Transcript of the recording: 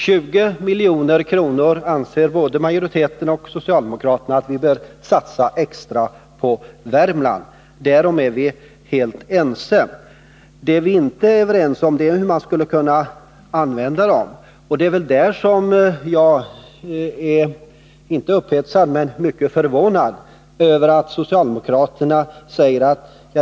20 milj.kr. extra anser både majoriteten och socialdemokraterna att vi bör satsa på Värmland. Därom är vi helt ense. Det vi inte är överens om är hur man skulle kunna använda dessa 20 milj.kr. På den punkten är jag inte upphetsad men mycket förvånad över socialdemokraternas ståndpunkt.